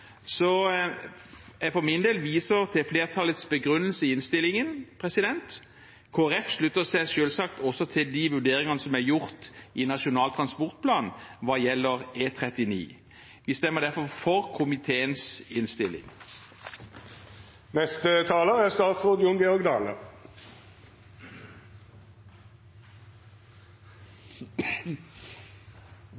så for min del viser jeg til flertallets begrunnelse i innstillingen. Kristelig Folkeparti slutter seg selvsagt også til de vurderingene som er gjort i Nasjonal transportplan hva gjelder E39. Vi stemmer derfor for komiteens innstilling. Dette representantforslaget frå SV er